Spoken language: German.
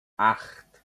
acht